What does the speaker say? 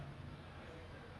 oh that's true